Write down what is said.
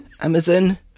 Amazon